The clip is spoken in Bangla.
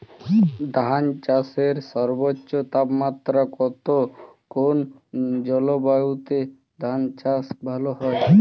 ধান চাষে সর্বোচ্চ তাপমাত্রা কত কোন জলবায়ুতে ধান চাষ ভালো হয়?